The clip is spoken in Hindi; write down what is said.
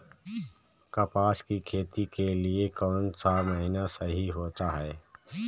कपास की खेती के लिए कौन सा महीना सही होता है?